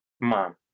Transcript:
mom